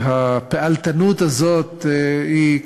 שהפעלתנות הזאת היא,